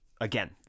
again